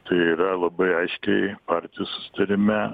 tai yra labai aiškiai partijų susitarime